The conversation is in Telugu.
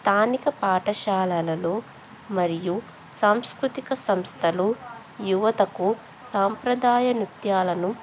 స్థానిక పాఠశాలాలలో మరియు సాంస్కృతిక సంస్థలు యువతకు సాంప్రదాయ నృత్యాలను